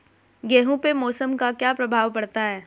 गेहूँ पे मौसम का क्या प्रभाव पड़ता है?